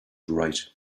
right